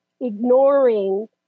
ignoring